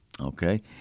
Okay